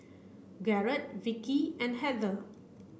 Garrett Vikki and Heather